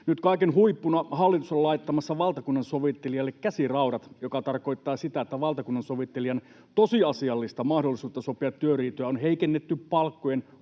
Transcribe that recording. Nyt kaiken huippuna hallitus on laittamassa valtakunnansovittelijalle käsiraudat, mikä tarkoittaa sitä, että valtakunnansovittelijan tosiasiallista mahdollisuutta sopia työriitoja on heikennetty palkkojen